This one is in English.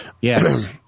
Yes